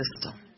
system